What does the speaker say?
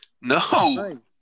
No